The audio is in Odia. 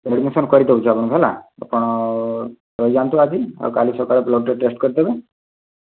ଆଡ଼ମିସନ୍ କରିଦେଉଛି ଆପଣଙ୍କୁ ହେଲା ଆପଣ ରହିଯାନ୍ତୁ ଆଜି ଆଉ କାଲି ସକାଳେ ବ୍ଲଡ଼୍ଟା ଟେଷ୍ଟ କରିଦେବେ